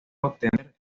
obtener